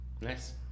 nice